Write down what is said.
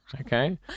okay